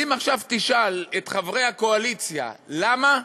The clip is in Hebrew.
ואם עכשיו תשאל את חברי הקואליציה למה,